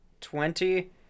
Twenty